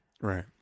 Right